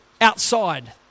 outside